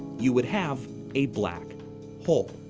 you would have a black hole.